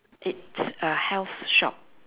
it's a health shop